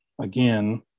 again